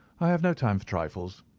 i have no time for trifles,